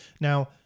Now